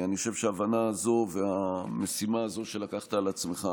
אני חושב שההבנה הזאת והמשימה הזאת שלקחת על עצמך